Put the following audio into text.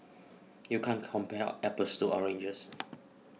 you can't compare apples to oranges